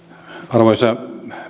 arvoisa